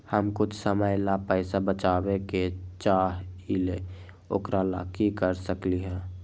हम कुछ समय ला पैसा बचाबे के चाहईले ओकरा ला की कर सकली ह?